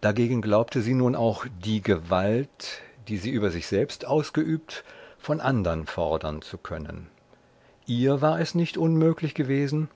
dagegen glaubte sie nun auch die gewalt die sie über sich selbst ausgeübt von andern fordern zu können ihr war es nicht unmöglich gewesen